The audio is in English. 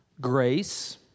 grace